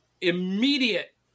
immediate